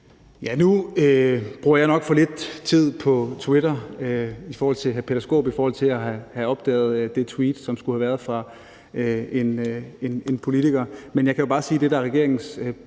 (S): Nu bruger jeg nok for lidt tid på Twitter sammenlignet med hr. Peter Skaarup i forhold til at have opdaget det tweet, som skulle have været der fra en politiker. Men jeg kan jo bare sige det, der er regeringens politik,